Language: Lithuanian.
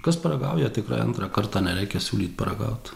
kas paragauja tikrai antrą kartą nereikia siūlyt paragaut